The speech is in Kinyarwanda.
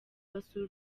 basura